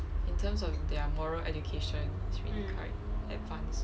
in terms of their moral education is really quite advance